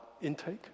intake